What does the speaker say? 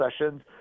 Sessions